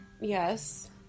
Yes